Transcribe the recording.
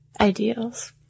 ideals